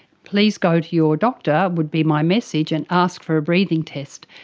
please go to your doctor would be my message, and ask for a breathing test.